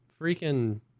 Freaking